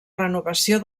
renovació